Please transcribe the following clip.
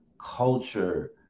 culture